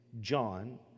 John